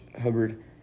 Hubbard